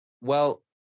Well-